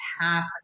half